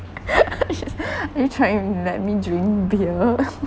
is it trying to let me drink beer